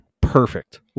perfect